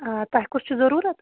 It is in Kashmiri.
آ تۄہہِ کُس چھُ ضروٗرَت